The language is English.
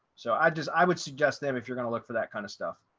so i just i would suggest them if you're going to look for that kind of stuff.